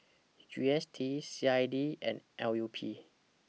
G S T C I D and L U P